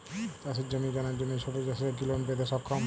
চাষের জমি কেনার জন্য ছোট চাষীরা কি লোন পেতে সক্ষম?